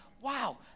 wow